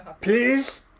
please